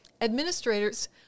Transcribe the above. administrators